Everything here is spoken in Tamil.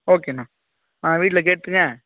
ஓகேண்ணா ஆ வீட்டில் கேட்டுவிட்டுங்க